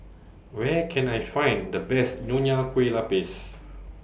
Where Can I Find The Best Nonya Kueh Lapis